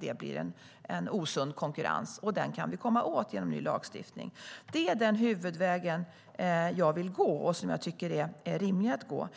Det blir en osund konkurrens, och den kan vi komma åt genom ny lagstiftning. Det är den huvudvägen som jag tycker är rimlig att gå.